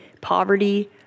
poverty